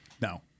No